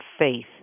faith